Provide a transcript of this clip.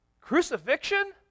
Crucifixion